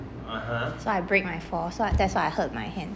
so I break my fall so that's how I hurt my hurt